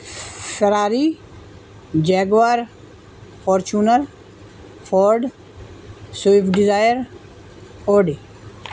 سراری Jaguar Fortuner Ford Swift Dzire اوڈے